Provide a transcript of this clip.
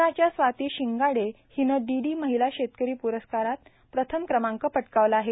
पुण्याच्या स्वाती शिंगाडे हिनं डीडी महिला शेतकरी पुरस्कारात प्रथम क्रमांकानं पटकावला आहे